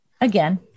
Again